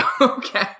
Okay